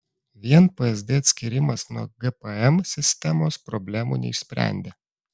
vien psd atskyrimas nuo gpm sistemos problemų neišsprendė